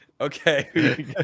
Okay